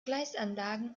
gleisanlagen